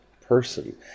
person